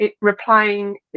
replying